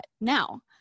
now